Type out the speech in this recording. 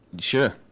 Sure